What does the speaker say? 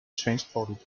transported